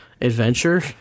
adventure